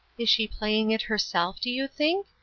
is she playing it herself, do you think?